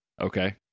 Okay